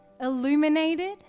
illuminated